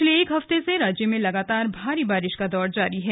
पिछले एक हफ्ते से राज्य में लगातार भारी बारिश का दौर जारी है